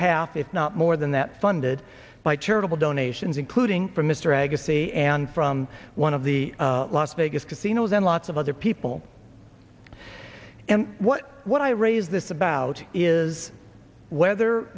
half if not more than that funded by charitable donations including from mr agassi and from one of the las vegas casinos and lots of other people and what what i raise this about is whether